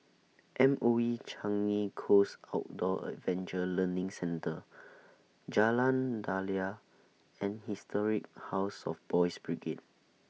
M O E Changi Coast Outdoor Adventure Learning Centre Jalan Daliah and Historic House of Boys' Brigade